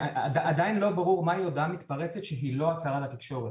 עדיין לא ברור מהי הודעה מתפרצת שהיא לא הצהרה לתקשורת.